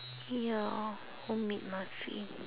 ya homemade muffin